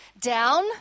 down